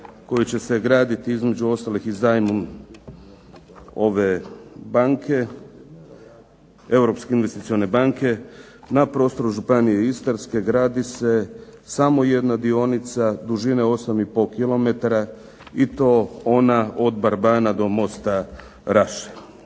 koji će se graditi između ostalog i zajmu ove Europske investicione banke na prostoru županije Istarske gradi se samo jedan dionica, dužine 8,5 km i to ona od Barbana do mosta Raše.